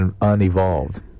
unevolved